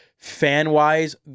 Fan-wise